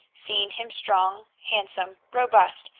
seeing him strong, handsome, robust,